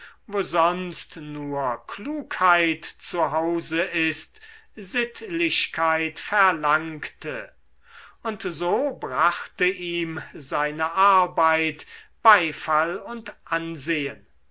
nur klugheit zu hause ist sittlichkeit verlangte und so brachte ihm seine arbeit beifall und ansehen